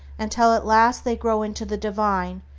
until at last they grow into the divine,